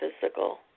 physical